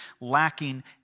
lacking